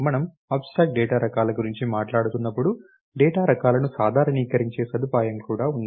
మనం abstract data రకాల గురించి మాట్లాడుతున్నప్పుడు డేటా రకాలను సాధారణీకరించే సదుపాయం కూడా ఉంది